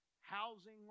housing